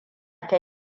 ta